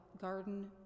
garden